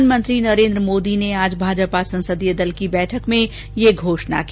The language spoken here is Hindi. प्रधानमंत्री नरेन्द्र मोदी ने आज भाजपा संसदीय दल की बैठक में यह घोषणा की